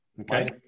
Okay